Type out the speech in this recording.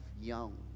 young